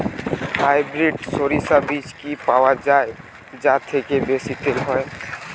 Hybrid শরিষা বীজ কি পাওয়া য়ায় যা থেকে বেশি তেল হয়?